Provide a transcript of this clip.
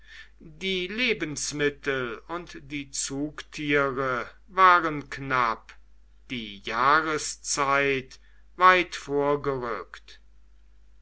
die lebensmittel und die zugtiere waren knapp die jahreszeit weit vorgerückt